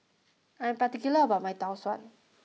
I am particular about my Tau Suan